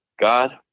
God